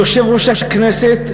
יושב-ראש הכנסת,